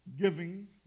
giving